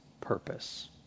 purpose